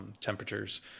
temperatures